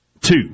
Two